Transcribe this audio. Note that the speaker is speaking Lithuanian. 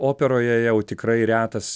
operoje jau tikrai retas